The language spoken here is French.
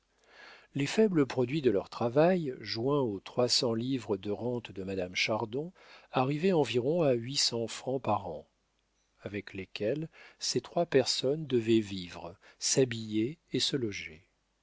les faibles produits de leur travail joints aux trois cents livres de rente de madame chardon arrivaient environ à huit cents francs par an avec lesquels ces trois personnes devaient vivre s'habiller et se loger